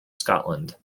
scotland